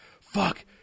fuck